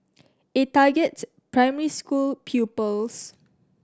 it targets primary school pupils